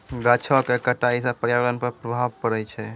गाछो क कटाई सँ पर्यावरण पर प्रभाव पड़ै छै